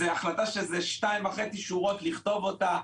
זה החלטה שמחייבת שתיים וחצי שורות כדי לכתוב אותה.